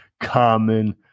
common